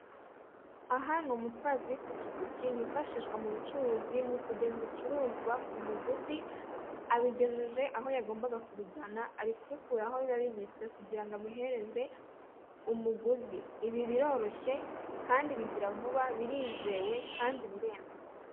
Aha ni umutwazi w'ipikipiki yifashishwa mu bucuruzi mu kugeza ibicuruzwa ku muguzi, abigejeje aho yagombaga kubijyana, ari kubikura aho biba bibitswe kugira ngo abihereze umuguzi, ibi biroroshye kandi bigira vuba, birizewe kandi biremewe.